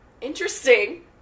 Interesting